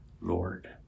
Lord